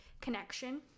connection